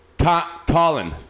Colin